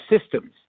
systems